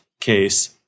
case